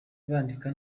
bandika